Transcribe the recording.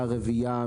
רבייה,